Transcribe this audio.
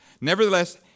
Nevertheless